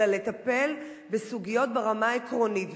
אלא לטפל בסוגיות ברמה העקרונית.